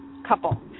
Couple